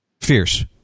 Fierce